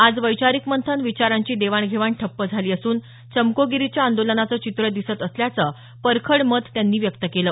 आज वैचारिक मंथन विचारांची देवाण घेवाण ठप्प झाली असून चमकोगिरीच्या आंदोलनाचं चित्र दिसत असल्याचं परखड मत त्यांनी व्यक्त केलं